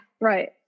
Right